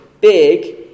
big